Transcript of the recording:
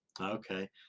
okay